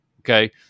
Okay